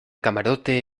camarote